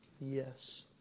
Yes